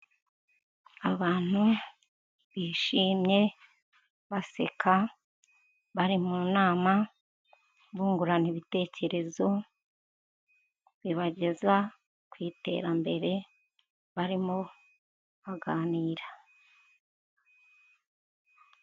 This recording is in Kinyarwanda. Abantu bishimye baseka bari mu nama bungurana ibitekerezo bibageza ku iterambere barimo baganira.